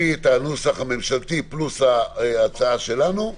תקריא את הנוסח הממשלתי פלוס ההצעה שלנו.